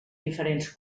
diferents